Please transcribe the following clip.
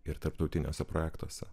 ir tarptautiniuose projektuose